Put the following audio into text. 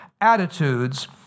attitudes